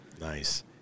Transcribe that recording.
Nice